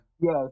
Yes